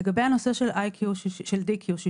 לגבי הנושא של DQ62,